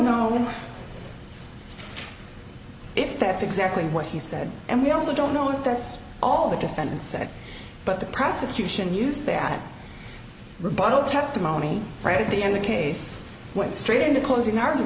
know if that's exactly what he said and we also don't know if that's all the defendant said but the prosecution used their own rebuttal testimony right at the end the case went straight into closing